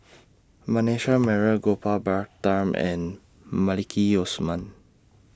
Manasseh Meyer Gopal Baratham and Maliki Osman